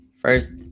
first